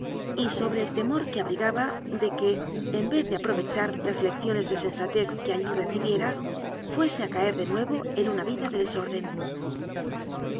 y sobre el temor que abrigaba de que en vez de aprovechar las lecciones de sensa tez que allí recibiera fuese a caer de nuevo en una vida de desorden